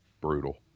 Brutal